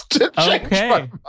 Okay